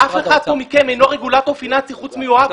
אף אחד מכם כאן אינו רגולטור פיננסי חוץ מיואב.